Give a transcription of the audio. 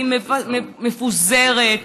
היא מפוזרת,